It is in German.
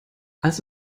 als